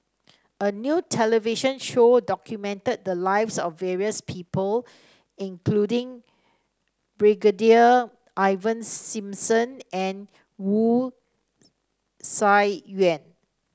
a new television show documented the lives of various people including Brigadier Ivan Simson and Wu Tsai Yen